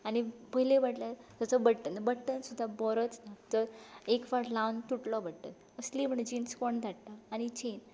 आनी पयलें म्हणल्यार ताचो बटन सुद्दां बरोच ना एक फावट लावन तुटलो बटन आसली म्हणून जीन्स कोम धाडटा आनी चॅन